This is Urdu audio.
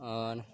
اور